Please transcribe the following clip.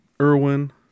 Irwin